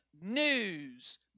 news